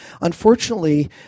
Unfortunately